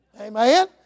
Amen